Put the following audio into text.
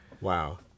Wow